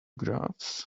graphs